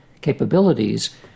capabilities